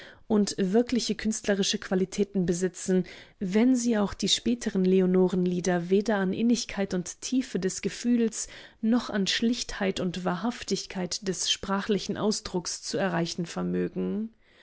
und wirkliche künstlerische qualitäten besitzen wenn sie auch die späteren leonorenlieder weder an innigkeit und tiefe des gefühls noch an schlichtheit und wahrhaftigkeit des sprachlichen ausdrucks zu erreichen vermögen